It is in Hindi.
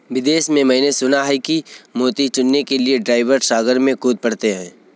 विदेश में मैंने सुना है कि मोती चुनने के लिए ड्राइवर सागर में कूद पड़ते हैं